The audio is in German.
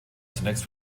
zunächst